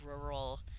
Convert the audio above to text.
rural